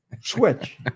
switch